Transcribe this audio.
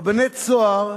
רבני "צהר"